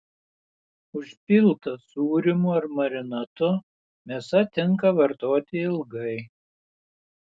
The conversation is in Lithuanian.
užpilta sūrimu ar marinatu mėsa tinka vartoti ilgai